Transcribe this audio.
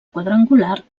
quadrangular